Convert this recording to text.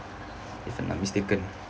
if I'm not mistaken